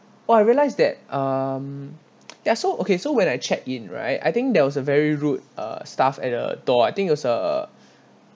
what I realize that um they're so okay so when I checked in right I think there was a very rude uh staff at a door I think was a